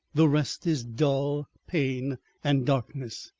the rest is dull pain and darkness.